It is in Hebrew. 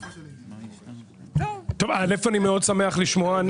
טוב א' אני מאוד שמח לשמוע,